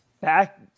Back